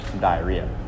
diarrhea